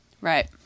Right